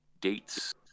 dates